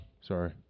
sorry